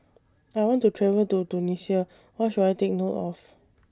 I want to travel to Tunisia What should I Take note of